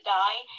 die